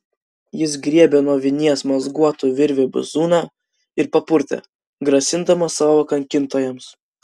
jis griebė nuo vinies mazguotų virvių bizūną ir papurtė grasindamas savo kankintojams